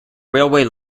railway